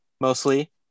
mostly